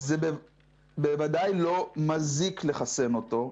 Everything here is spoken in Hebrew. זה בוודאי לא מזיק לחסן אותו,